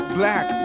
black